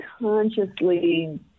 consciously